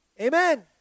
Amen